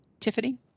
tiffany